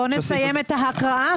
בוא נסיים את ההקראה,